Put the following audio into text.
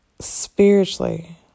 spiritually